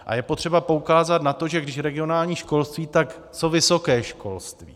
A je potřeba poukázat na to, že když regionální školství, tak co vysoké školství?